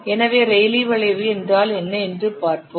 எனவே ரெய்லீ வளைவு என்றால் என்ன என்று பார்ப்போம்